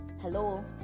Hello